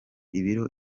ibiro